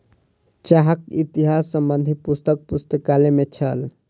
चाहक इतिहास संबंधी पुस्तक पुस्तकालय में छल